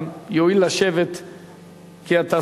אם יואיל לשבת,